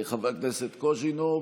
חברת הכנסת קאבלה,